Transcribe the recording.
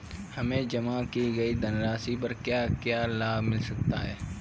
हमें जमा की गई धनराशि पर क्या क्या लाभ मिल सकता है?